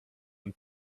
and